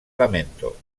lamento